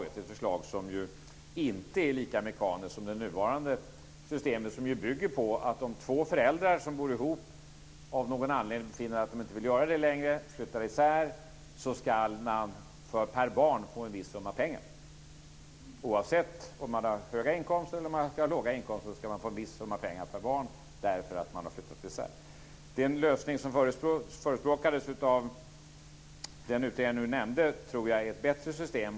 Det är ett förslag som inte är lika mekaniskt som det nuvarande systemet. Det nuvarande systemet bygger på att om två föräldrar som bor ihop av någon anledning finner att de inte vill göra det längre och flyttar isär ska de per barn få en viss summa pengar. Oavsett om de har höga inkomster eller låga inkomster ska de få en viss summa pengar per barn därför att de har flyttat isär. Den lösning som förespråkades av den utredning jag nu nämnde tror jag är ett bättre system.